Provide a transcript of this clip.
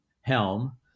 helm